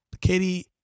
Katie